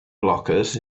blockers